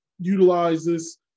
utilizes